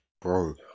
bro